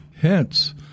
Hence